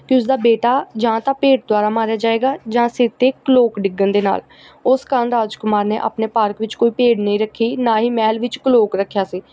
ਕਿ ਉਸਦਾ ਬੇਟਾ ਜਾਂ ਤਾਂ ਭੇਡ ਦੁਆਰਾ ਮਾਰਿਆ ਜਾਵੇਗਾ ਜਾਂ ਸਿਰ 'ਤੇ ਕਲੋਕ ਡਿੱਗਣ ਦੇ ਨਾਲ ਉਸ ਕਾਰਨ ਰਾਜ ਕੁਮਾਰ ਨੇ ਆਪਣੇ ਪਾਰਕ ਵਿੱਚ ਕੋਈ ਭੇਡ ਨਹੀਂ ਰੱਖੀ ਨਾ ਹੀ ਮਹਿਲ ਵਿੱਚ ਕਲੋਕ ਰੱਖਿਆ ਸੀ